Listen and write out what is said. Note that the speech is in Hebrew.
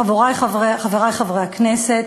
חברי חברי הכנסת,